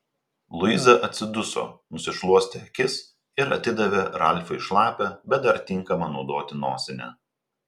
luiza atsiduso nusišluostė akis ir atidavė ralfui šlapią bet dar tinkamą naudoti nosinę